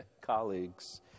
colleagues